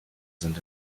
sind